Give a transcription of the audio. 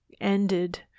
ended